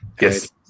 Yes